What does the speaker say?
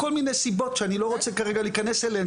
וכל מיני סיבות שאני לא רוצה כרגע להיכנס אליהם,